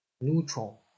Neutral